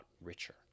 richer